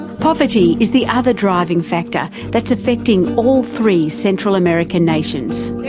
poverty is the other driving factor that is affecting all three central america nations.